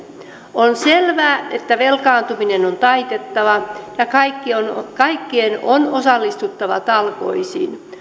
on selvää että velkaantuminen on taitettava ja kaikkien kaikkien on osallistuttava talkoisiin